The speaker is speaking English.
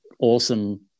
Awesome